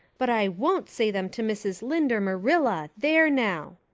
but i won't say them to mrs. lynde or marilla, there now!